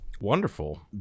Wonderful